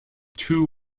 two